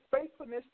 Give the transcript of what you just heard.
faithfulness